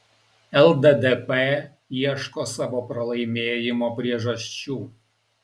lddp ieško savo pralaimėjimo priežasčių